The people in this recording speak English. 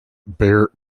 bare